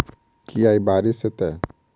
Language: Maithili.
की आय बारिश हेतै?